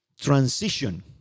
Transition